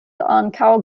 ankaŭ